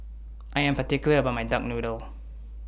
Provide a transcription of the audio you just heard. I Am particular about My Duck Noodle